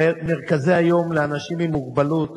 מרכזי היום לאנשים עם מוגבלות